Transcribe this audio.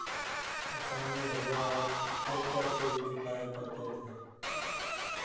आसानी हो गया है ट्रैक्टर से ही जुताई करते थे